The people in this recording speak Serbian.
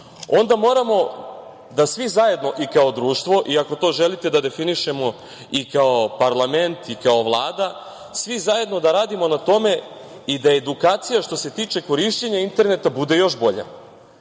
moramo da svi zajedno i kao društvo i ako želite to da definišemo i kao parlament i kao Vlada, svi zajedno da radimo na tome i da edukacija što se tiče korišćenja interneta bude još bolja,